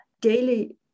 daily